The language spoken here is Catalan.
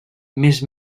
més